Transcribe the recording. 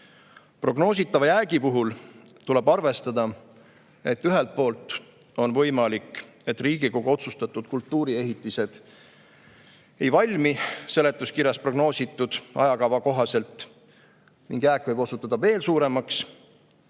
Prognoositava jäägi puhul tuleb arvestada, et ühelt poolt on võimalik, et Riigikogu otsustatud kultuuriehitised ei valmi seletuskirjas prognoositud ajakava kohaselt ning jääk võib osutuda veel suuremaks,